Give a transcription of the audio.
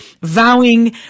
vowing